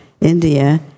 India